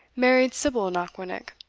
married sybil knockwinnock,